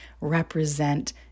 represent